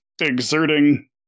exerting